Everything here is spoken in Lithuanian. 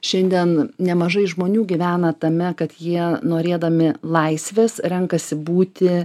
šiandien nemažai žmonių gyvena tame kad jie norėdami laisvės renkasi būti